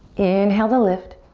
inhale to lift.